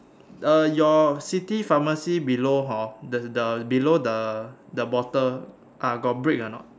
uh the your city pharmacy below hor the the below the the bottle ah got brick or not